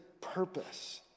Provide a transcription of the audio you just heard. purpose